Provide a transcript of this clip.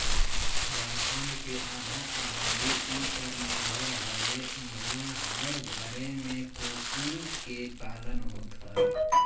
झारखण्ड के आधा आबादी इ पर निर्भर हवे इहां हर घरे में कोकून के पालन होत हवे